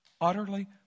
Utterly